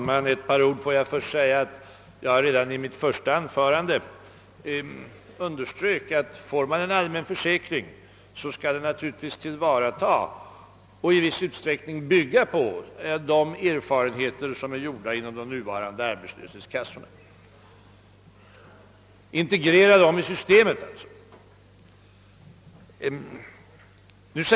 Herr talman! Redan i mitt första inlägg underströk jag att man, om vi får en allmän försäkring, naturligtvis skall tillvarata de erfarenheter som gjorts inom de nuvarande arbetslöshetskassorna. De kassor som nu finns skall således integreras i systemet.